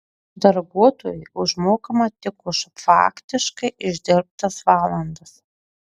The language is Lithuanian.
darbuotojui užmokama tik už faktiškai išdirbtas valandas